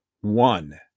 one